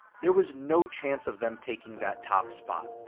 there was no chance of them taking that top spot,